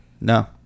no